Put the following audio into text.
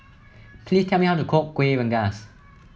please tell me how to cook Kuih Rengas